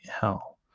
hell